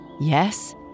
Yes